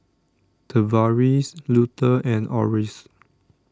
Tavaris Luther and Orris